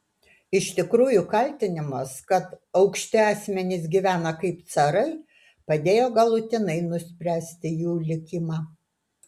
iš tikrųjų kaltinimas kad aukšti asmenys gyvena kaip carai padėjo galutinai nuspręsti jų likimą